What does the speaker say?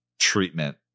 treatment